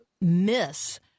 miss